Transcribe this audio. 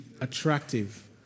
attractive